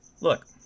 Look